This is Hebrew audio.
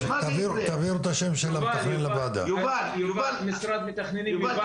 תעבירו את השם של המתכנן לוועדה --- משרד מתכננים יובל